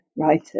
writers